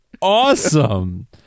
awesome